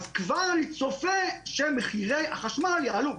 כבר אני צופה שמחירי החשמל יעלו,